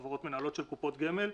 חברות מנהלות של קופות גמל.